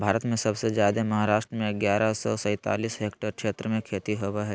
भारत में सबसे जादे महाराष्ट्र में ग्यारह सौ सैंतालीस हेक्टेयर क्षेत्र में खेती होवअ हई